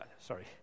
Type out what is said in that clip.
Sorry